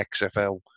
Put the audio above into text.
XFL